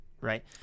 right